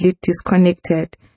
disconnected